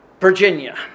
Virginia